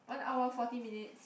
one hour forty minutes